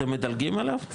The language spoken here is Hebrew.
אתם מדלגים עליו?